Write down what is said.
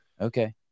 Okay